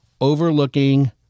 Overlooking